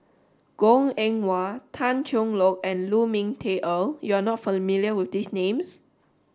Goh Eng Wah Tan Cheng Lock and Lu Ming Teh Earl you are not familiar with these names